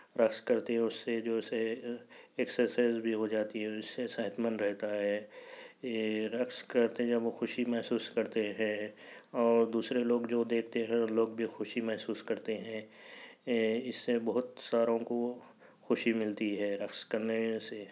رقص کرتے ہیں اُس سے جو سے ایکساسائز بھی ہو جاتی ہے اُس سے صحت مند رہتا ہے یہ رقص کرتے جب وہ خوشی محسوس کرتے ہیں اور دوسرے لوگ جو دیکھتے ہیں لوگ بھی خوشی محسوس کرتے ہیں اِس سے بہت ساروں کو خوشی ملتی ہے رقص کرنے سے